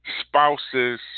spouses